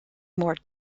more